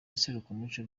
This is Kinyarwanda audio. iserukiramuco